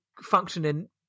functioning